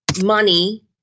money